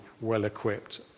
well-equipped